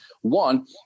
One